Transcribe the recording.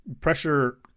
pressure